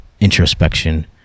introspection